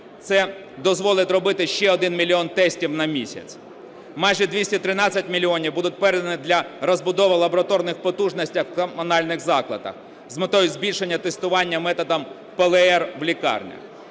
Це дозволить робити ще 1 мільйон тестів на місяць. Майже 213 мільйонів будуть передані для розбудови лабораторних потужностях в комунальних закладах з метою збільшення тестування методом ПЛР в лікарнях.